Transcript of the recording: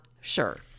sure